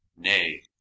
Nay